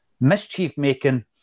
mischief-making